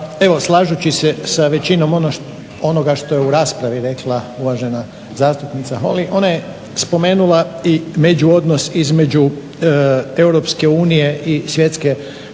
slažući se sa većinom onoga što je u raspravi rekla uvažena zastupnica Holy ona je spomenula i međuodnos između EU i Svjetske trgovinske